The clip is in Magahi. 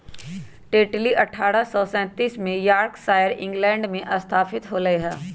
टेटली अठ्ठारह सौ सैंतीस में यॉर्कशायर, इंग्लैंड में स्थापित होलय हल